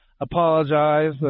apologize